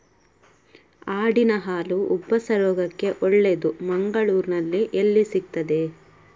ಆಡಿನ ಹಾಲು ಉಬ್ಬಸ ರೋಗಕ್ಕೆ ಒಳ್ಳೆದು, ಮಂಗಳ್ಳೂರಲ್ಲಿ ಎಲ್ಲಿ ಸಿಕ್ತಾದೆ?